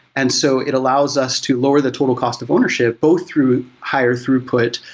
and so it allows us to lower the total cost of ownership both through higher throughput,